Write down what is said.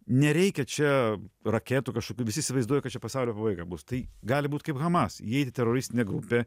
nereikia čia raketų kažkokių visi įsivaizduoja kad čia pasaulio pabaiga bus tai gali būt kaip hamas jei tai teroristinė grupė